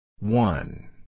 One